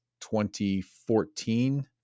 2014